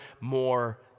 more